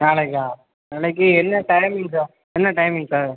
நாளைக்கா நாளைக்கு என்ன டைமிங் சார் என்ன டைமிங் சார்